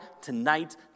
tonight